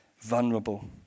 vulnerable